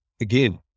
again